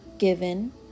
Given